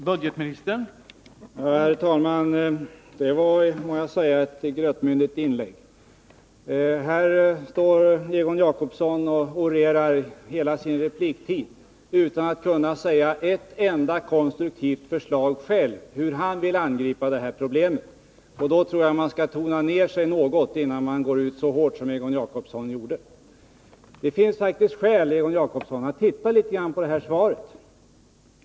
Herr talman! Det var, må jag säga, ett grötmyndigt inlägg. Egon Jacobsson står här och orerar under hela sin repliktid utan att ge ett enda konstruktivt förslag om hur han vill angripa problemen. Om man inte har något att komma med själv, då tror jag att man skall tona ner sig något och inte gå ut så hårt som Egon Jacobsson gjorde. Det finns faktiskt skäl, Egon Jacobsson, att se litet närmare på det här svaret.